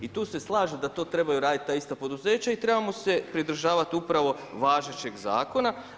I tu se slažem da to trebaju ta ista poduzeća i trebamo se pridržavati upravo važećeg zakona.